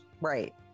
Right